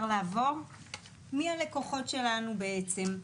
מי הלקוחות שלנו בעצם?